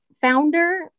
founder